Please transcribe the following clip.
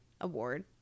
Award